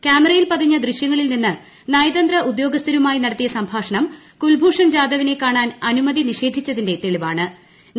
ക്യാമറയിൽ പതിഞ്ഞ ദൃശ്യങ്ങളിൽ നിന്ന് നയതന്ത്ര ഉദ്യോഗസ്ഥരുമായി നടത്തിയ സംഭാഷണം ക്രൂൽഭൂഷൺ ജാദവിനെ കാണാൻ അനുമതി നിഷേധിച്ചതിന്റെ തെളിവ്ട്ടുണ്